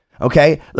okay